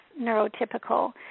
neurotypical